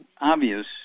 obvious